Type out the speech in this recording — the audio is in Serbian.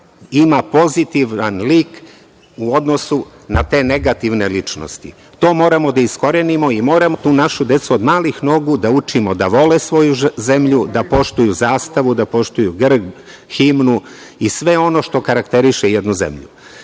ima pozitivan stav u odnosnu na te negativne ličnosti. To moramo da iskorenimo i moramo tu našu decu od malih nogu da učimo da vole svoju zemlju, da poštuju zastavu, da poštuju grb, himnu i sve ono što karakteriše jednu zemlju. Kako